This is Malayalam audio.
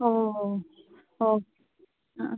ഓ ഓ ഓ ആ